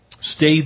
Stay